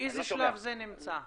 באיזה שלב זה נמצא?